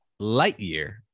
Lightyear